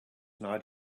not